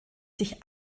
sich